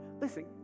Listen